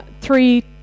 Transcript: three